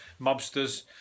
mobsters